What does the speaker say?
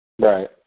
right